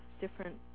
different